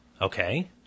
Okay